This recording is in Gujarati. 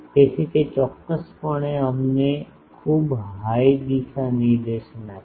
તેથી તે ચોક્કસપણે અમને ખૂબ હાઈ દિશા નિર્દેશન આપશે